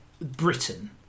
Britain